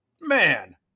man